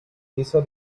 hizo